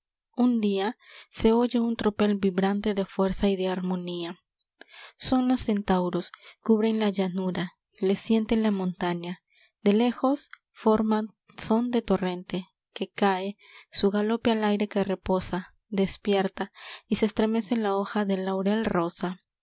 sol un día se oye un tropel vibrante de fuerza y de armonía son los centauros cubren la llanura les siente la montaña de lejos forman són de torrente que cae su galope al aire que reposa despierta y estremece la hoja del laurel rosa son